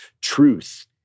truth